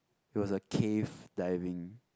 it was a cave diving